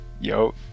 Yo